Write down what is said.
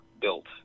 built